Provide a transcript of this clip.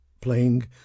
playing